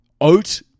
Oat